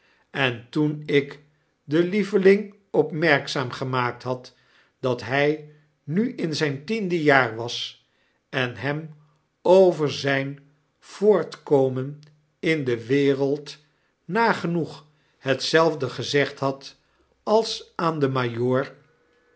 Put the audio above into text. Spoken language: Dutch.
en toen ik den lieveling opmerkzaam gemaakt had dat hy nu in zyn tiende jaar was en hem over zyn voortkomen in de wereld nagenoeg hetzelfde gezegd had als aan den